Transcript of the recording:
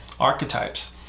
archetypes